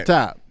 top